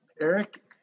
Eric